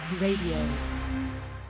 Radio